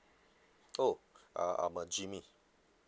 oh uh I'm uh jimmy